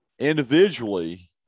individually